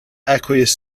aqueous